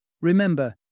Remember